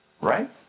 Right